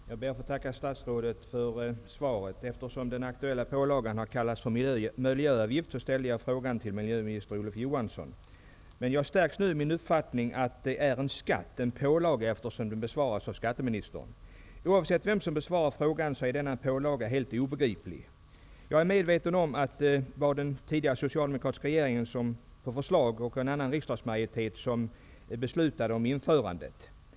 Herr talman! Jag ber att få tacka statsrådet för svaret. Eftersom den aktuella pålagan har kallats miljöavgift, ställde jag frågan till miljöminister Olof Johansson. Jag stärks nu emellertid i min uppfattning att det är en skatt, en pålaga, eftersom frågan besvaras av skatteministern. Oavsett vem som besvarar frågan är denna pålaga helt obegriplig. Jag är medveten om att det var den tidigare socialdemokratiska regeringen som kom med förslaget och att en annan riksdagsmajoritet beslutade om införandet av denna pålaga.